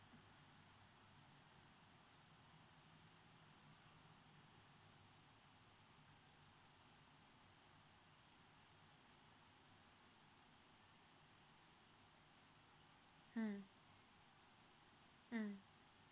mm mm